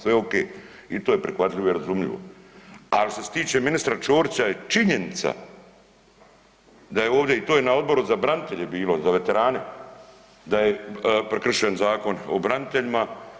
Sve ok i to je prihvatljivo i razumljivo, al što se tiče ministra Ćorića je činjenica da je ovdje i to je na Odboru za branitelje bilo, za veterane da je prekršen Zakon o braniteljima.